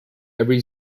every